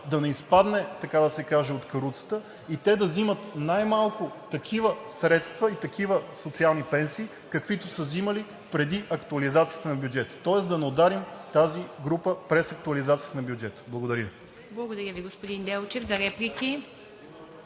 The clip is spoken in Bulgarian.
да не изпадне, така да се каже, от каруцата и те да взимат най-малко такива средства и такива социални пенсии, каквито са взимали преди актуализацията на бюджета. Тоест да не ударим тази група през актуализацията на бюджета. Благодаря. ПРЕДСЕДАТЕЛ ИВА